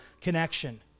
connection